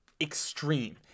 Extreme